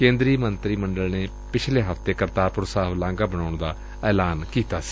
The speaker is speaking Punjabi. ਕੇਂਦਰੀ ਮੰਤਰੀ ਮੰਡਲ ਨੇ ਪਿਛਲੇ ਹਫਤੇ ਕਰਤਾਰਪਰ ਸਾਹਿਬ ਲਾਘਾ ਬਣਾੳਣ ਦਾ ਐਲਾਨ ਕੀਤਾ ਸੀ